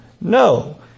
No